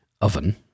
oven